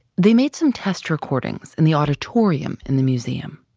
they made some test recordings in the auditorium in the museum.